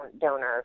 donors